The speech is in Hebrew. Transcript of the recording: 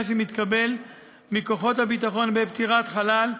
שמתקבל מכוחות הביטחון בעת פטירת חלל,